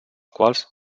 quals